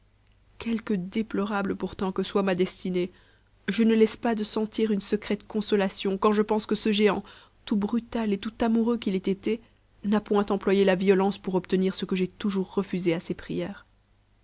quelque déplorable pourtant que soit ma destinée je ne laisse pas de sentir une secrète consolation quand je pense que ce géant tout brutal et tout amoureux qu'il ait été n'a point employé la violence pour obtenir ce que j'ai toujours refusé à ses prières